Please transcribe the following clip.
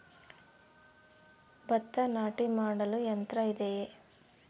ಭತ್ತ ನಾಟಿ ಮಾಡಲು ಯಂತ್ರ ಇದೆಯೇ?